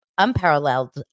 unparalleled